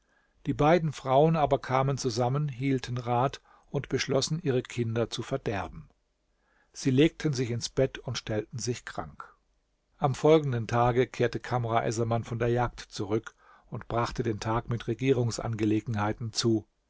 die beiden frauen aber kamen zusammen hielten rat und beschlossen ihre kinder zu verderben sie legten sich ins bett und stellten sich krank am folgenden tage kehrte kamr essaman von der jagd zurück und brachte den tag mit regierungsangelegenheiten zu